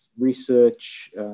research